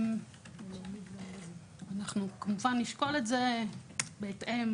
אנחנו נשקול את זה בהתאם